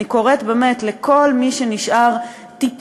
אני קוראת לכל מי שנשארה בגופו ובדעתו